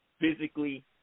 physically